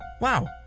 Wow